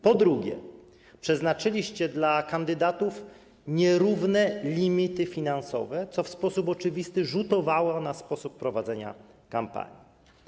Po drugie, przeznaczyliście dla kandydatów nierówne limity finansowe, co w sposób oczywisty rzutowało na sposób prowadzenia kampanii.